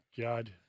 God